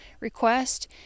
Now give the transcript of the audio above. request